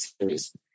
series